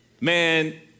Man